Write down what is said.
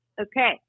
Okay